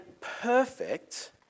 perfect